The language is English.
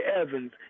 Evans